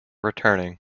returning